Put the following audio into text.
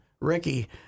Ricky